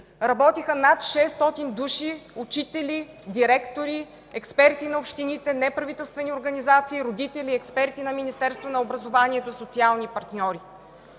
работиха над 600 души – учители, директори, експерти на общините, неправителствени организации, родители, експерти на Министерството на образованието, социални партньори.